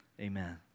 amen